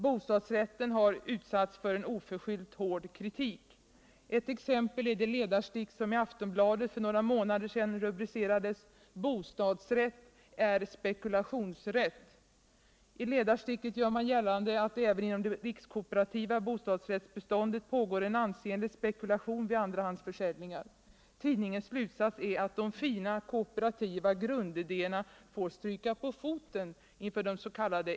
Bostadsrätten har utsatts för en oförskyllt hård kritik. Ett exempel är det ledarstick som i Aftonbladet för några månader sedan rubricerades: Bostadsrätt är spekulationsrätt. I ledarsticket gör man gällande att det även inom det rikskooperativa bostadsrättsbeståndet pågår en ansenlig spekulation vid andrahandsförsäljningar. Tidningens slutsats är att de fina kooperativa grundidéerna får stryka på foten inför des.k.